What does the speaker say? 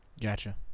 Gotcha